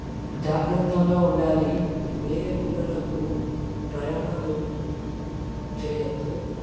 జాగ్రత్తగా ఉండాలి వేరే ఊళ్ళకు ప్రయాణాలు చేయవద్దు